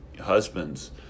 husbands